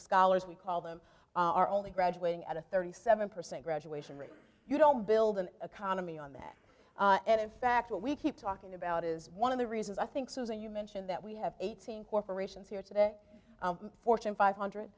scholars we call them are only graduating at a thirty seven percent graduation rate you don't build an economy on the and in fact what we keep talking about is one of the reasons i think susan you mentioned that we have eighteen corporations here today fortune five hundred